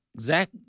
Zach